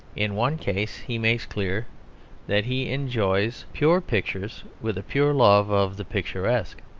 in one case he makes clear that he enjoys pure pictures with a pure love of the picturesque.